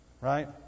Right